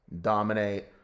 dominate